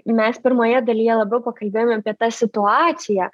mes pirmoje dalyje labiau pakalbėjome apie tą situaciją